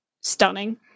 stunning